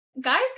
guys